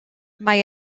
mae